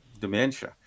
dementia